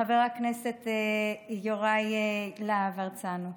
וחבר הכנסת יוראי להב הרצנו.